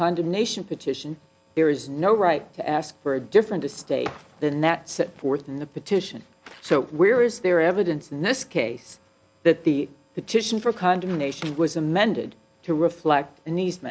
condemnation petition there is no right to ask for a different estate than that set forth in the petition so where is there evidence in this case that the petition for condemnation was amended to reflect